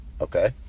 okay